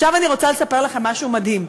עכשיו אני רוצה לספר לכם משהו מדהים.